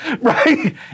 right